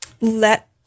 let